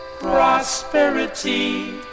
prosperity